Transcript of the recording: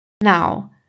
Now